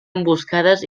emboscades